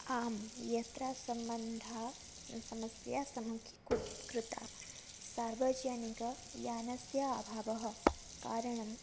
आं यत्र सम्बन्धः स् समस्या सम्मुखी कुर्त् कृता सार्वजनिकयानस्य अभावः कारणं